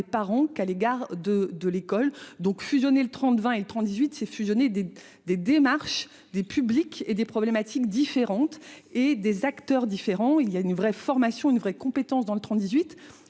parents qu'à l'égard de de l'école donc fusionner le 30 20 et 30 18 sait fusionner des des démarches des publics et des problématiques différentes et des acteurs différents. Il y a une vraie formation une vraie compétence dans le train